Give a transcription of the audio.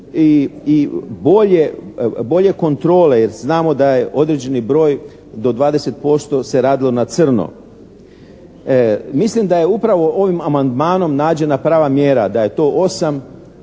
i bolje kontrole. Jer znamo da je određeni broj do 20% se radilo na crno. Mislim da je upravo ovim amandmanom nađena prava mjera, da je to 8